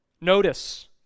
Notice